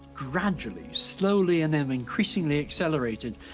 gradually, slowly, and then increasingly accelerated,